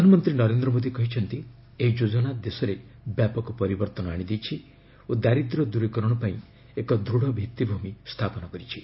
ପ୍ରଧାନମନ୍ତ୍ରୀ ନରେନ୍ଦ୍ର ମୋଦି କହିଛନ୍ତି ଏହି ଯୋଜନା ଦେଶରେ ବ୍ୟାପକ ପରିବର୍ତ୍ତନ ଆଣିଦେଇଛି ଓ ଦାରିଦ୍ର୍ୟ ଦୂରୀକରଣ ପାଇଁ ଏକ ଦୃଢ଼ ଭିଭିମି ସ୍ଥାପନ କରିଛି